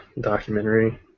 documentary